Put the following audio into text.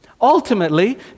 Ultimately